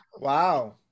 Wow